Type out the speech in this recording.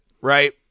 Right